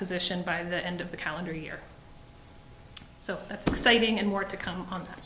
position by the end of the calendar year so that's exciting and more to come on